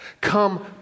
Come